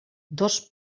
dos